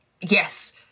yes